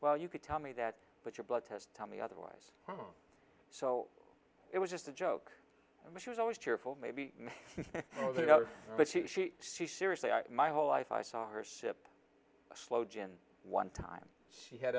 well you could tell me that but your blood tests tell me otherwise so it was just a joke and she was always cheerful maybe but she she she seriously my whole life i saw her sip slow gin one time she had